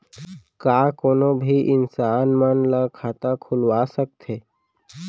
का कोनो भी इंसान मन ला खाता खुलवा सकथे?